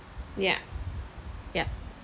yeah yup